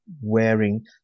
wearing